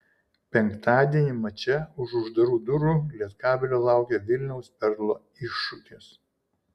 penktadienį mače už uždarų durų lietkabelio laukia vilniaus perlo iššūkis